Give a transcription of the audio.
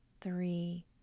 three